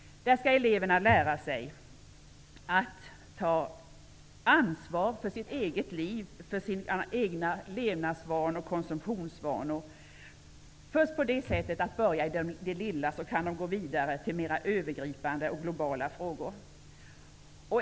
Eleverna skall lära sig att ta ansvar för sitt eget liv, för de egna konsumtions och levnadsvanorna. Efter att ha börjat med det lilla kan de gå vidare till mera övergripande och globala frågor.